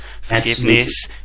forgiveness